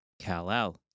Kal-El